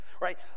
right